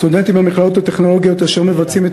הסטודנטים במכללות הטכנולוגיות אשר מבצעים את